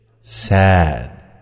Sad